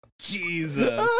Jesus